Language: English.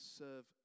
serve